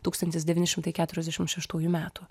tūkstantis devyni šimtai keturiasdešim šeštųjų metų